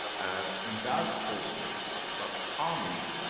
and in that process, not harming,